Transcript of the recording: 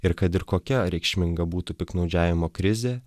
ir kad ir kokia reikšminga būtų piktnaudžiavimo krizė